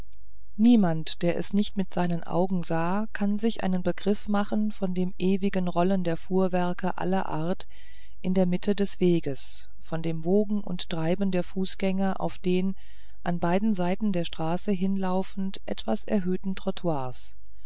niemand der es nicht mit seinen augen sah kann sich einen begriff machen von dem ewigen rollen der fuhrwerke aller art in der mitte des weges von dem wogen und treiben der fußgänger auf den an beiden seiten der straßen hinlaufenden etwas erhöhten